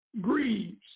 grieves